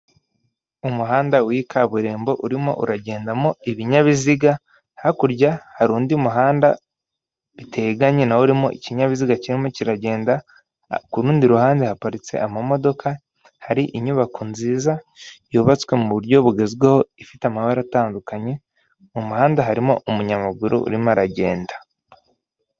Umuhanda w'ikaburimbo urimo uragendamo ibinyabiziga hakurya hari undi muhanda biteganye na wo urimo ikinyabiziga kirimo kiragenda, ku rundi ruhande haparitse amamodoka hari inyubako nziza yubatswe mu buryo bugezweho ifite amabara atandukanye, mu muhanda harimo umunyamaguru urimo aragenda.